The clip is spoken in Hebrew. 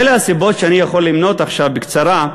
אלה הסיבות שאני יכול למנות עכשיו בקצרה,